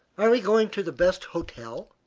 are we going to the best hotel?